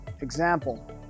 example